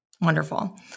Wonderful